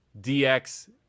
DX